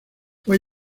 fue